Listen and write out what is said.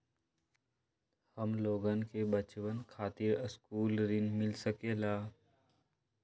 हमलोगन के बचवन खातीर सकलू ऋण मिल सकेला?